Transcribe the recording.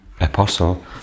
Apostle